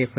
F